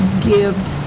give